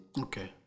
Okay